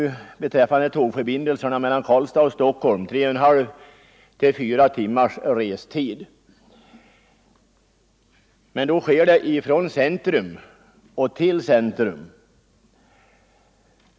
En tågresa mellan Karlstad och Stockholm tar nu mellan 3,5 och 4 timmar, men man reser då från centrum till centrum.